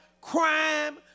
Crime